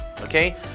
okay